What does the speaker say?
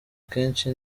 kenshi